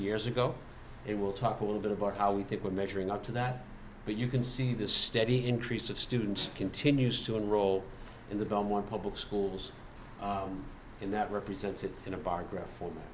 years ago it will talk a little bit about how we think we're measuring up to that but you can see the steady increase of students continues to enroll in the dumb one public schools in that represents it in a bar graph or